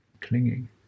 clinging